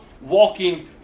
walking